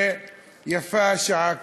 ויפה שעה קודם.